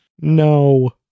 No